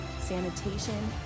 sanitation